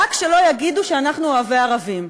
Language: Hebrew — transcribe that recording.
והרצוג "רק שלא יגידו שאנחנו אוהבי ערבים".